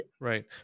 Right